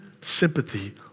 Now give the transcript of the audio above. sympathy